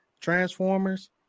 Transformers